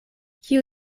kiu